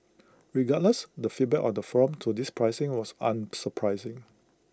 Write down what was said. regardless the feedback on the forum to this pricing was unsurprising